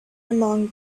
among